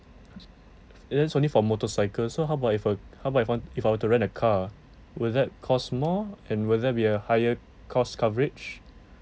that's only for motorcycles so how about if we~ how about if want if I were to rent a car will that cost more and will there be a higher cost coverage